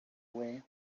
away